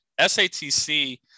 SATC